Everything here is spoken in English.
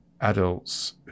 adults